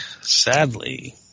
sadly